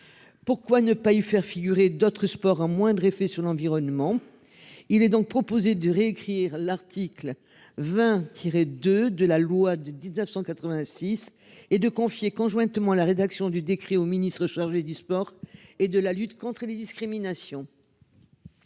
Pourquoi ne pas y faire figurer d'autres sports un moindre effet sur l'environnement. Il est donc proposé de réécrire l'article 20 tiré de de la loi de 1986 et 2, confiée conjointement à la rédaction du décret au ministre chargé du sport et de la lutte contre les discriminations.